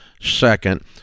second